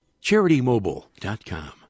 CharityMobile.com